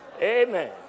Amen